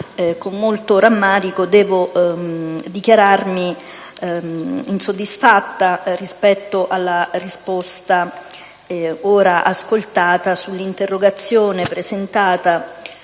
con molto rammarico, devo dichiararmi insoddisfatta rispetto alla risposta ora ascoltata all'interrogazione presentata